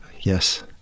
yes